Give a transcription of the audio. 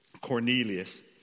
Cornelius